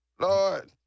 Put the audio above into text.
Lord